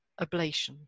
ablation